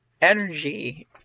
energy